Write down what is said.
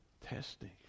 testing